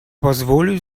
позволю